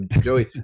Joey